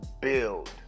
build